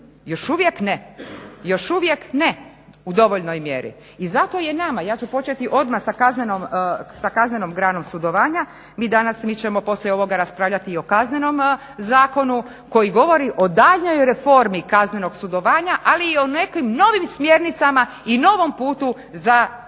Još uvijek ne, još uvijek ne u dovoljnoj mjeri. I zato je nama, ja ću početi odmah sa kaznenom granom sudovanja. Mi danas, mi ćemo poslije ovoga raspravljati i o Kaznenom zakonu koji govori o daljnjoj reformi kaznenog sudovanja ali i o nekim novim smjernicama i novom putu za razvoj